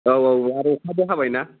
औ औ औ आरो अखाबो हाबायना